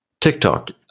tiktok